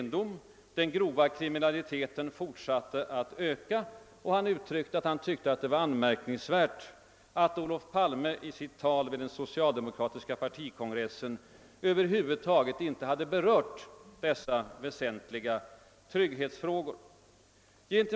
Herr Holmberg framhöll att den grova kriminaliteten fortsätter att öka och tyckte att det var anmärkningsvärt att Olof Palme i sitt tal vid den socialdemokratiska partikongressen över huvud taget inte hade berört dessa väsentliga trygghetsfrågor.